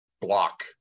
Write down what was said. block